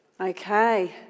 Okay